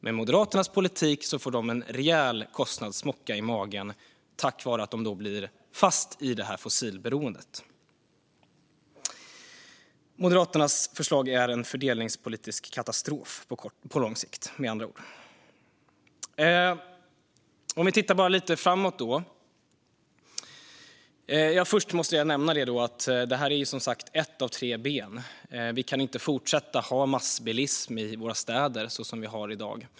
Med Moderaternas politik får de en rejäl kostnadssmocka i magen på grund av att de blir fast i fossilberoendet. Moderaternas förslag är en fördelningspolitisk katastrof på lång sikt, med andra ord. Låt oss sedan titta lite framåt. Först måste jag nämna att detta som sagt är ett av tre b:n. Vi kan inte fortsätta ha massbilism i våra städer så som vi har i dag.